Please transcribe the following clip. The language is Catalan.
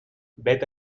vet